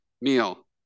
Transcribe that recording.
meal